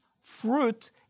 fruit